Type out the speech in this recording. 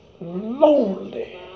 lonely